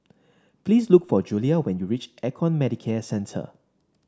please look for Julia when you reach Econ Medicare Centre